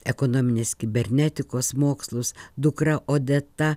ekonominės kibernetikos mokslus dukra odeta